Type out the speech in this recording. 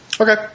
Okay